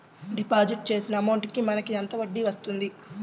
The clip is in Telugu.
డిపాజిట్ చేసిన అమౌంట్ కి మనకి ఎంత వడ్డీ వస్తుంది?